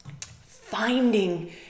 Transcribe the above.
finding